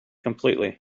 completely